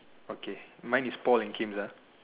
okay mine is Paul and Kim's ah